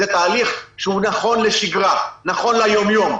זה תהליך שנכון לשגרה, נכון ליום-יום.